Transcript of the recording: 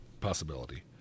possibility